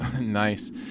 nice